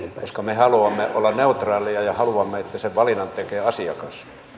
koska me haluamme olla neutraaleja ja ja haluamme että sen valinnan tekee asiakas